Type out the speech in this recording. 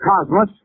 cosmos